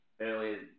earlier